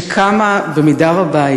שקמה במידה רבה,